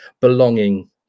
belonging